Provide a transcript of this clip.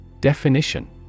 Definition